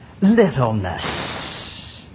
littleness